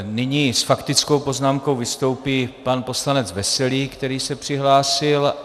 Nyní s faktickou poznámkou vystoupí pan poslanec Veselý, který se přihlásil.